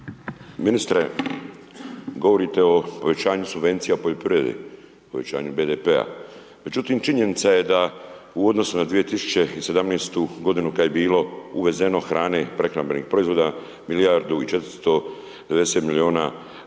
Ministre, govorite o povećanju subvencija u poljoprivredi, povećanju BDP-a, međutim, činjenica je da u odnosu na 2017. godinu, kad je bilo uvezeno hrane, prehrambenih proizvoda, milijardu i 490 milijuna dolara